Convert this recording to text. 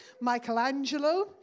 Michelangelo